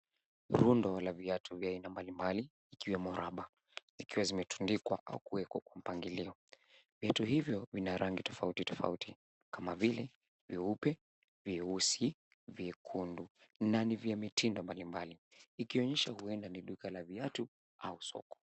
Rundo la viatu vya aina mbalimbali ikiwemo raba zikiwa zimetundikwa au kuweko mpangilio. Vitu hivyo vina rangi tofauti tofauti kama vile vyeupe, vyeusi, vyekundu na ni vya mitindo mbalimbali ikionyesha huenda ni duka la viatu au soko.